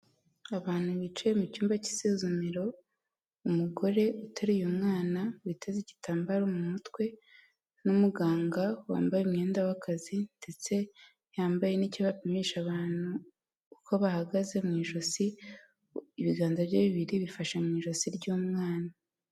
Abantu bicaye mu cyumba cy'isuzumiro umugore uteruye umwana uteze igitambaro mu mutwe n'umuganga wambaye umwenda w'akazi, ndetse yambaye n'icyo bapimisha abantu uko bahagaze mu ijosi, ibiganza bye bibiri bifashe mu ijosi ry'umwana.